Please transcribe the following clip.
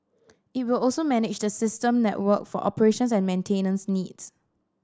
it will also manage the system network for operations and maintenance needs